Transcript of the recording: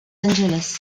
angeles